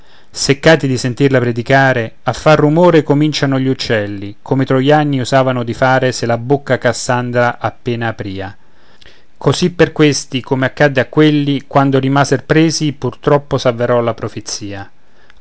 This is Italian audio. seccati di sentirla predicare a far rumor cominciano gli uccelli come i troiani usavano di fare se la bocca cassandra appena apria così per questi come accadde a quelli quando rimaser presi pur troppo s'avverò la profezia